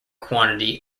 quantity